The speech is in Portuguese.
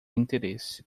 interesse